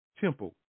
temple